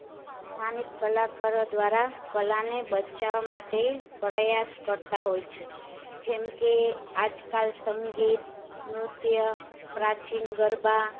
સ્થાનિક કલાકારો દ્વારા કલાને બચાવા માટે પ્રયાસ કરતાં હોય છે જેમ કે આજકાલ સંગીત નૃત્ય પ્રાચીન ગરબા